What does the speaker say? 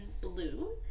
blue